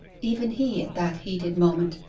even he, at that heated moment,